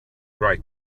right